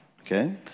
okay